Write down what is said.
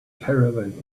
caravan